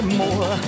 more